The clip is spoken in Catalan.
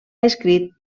escrit